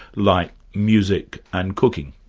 like music and cooking.